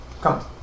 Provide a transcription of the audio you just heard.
come